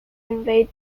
invade